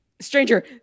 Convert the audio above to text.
stranger